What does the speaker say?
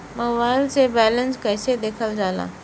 Mobile से balance कइसे देखल जाला?